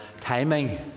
timing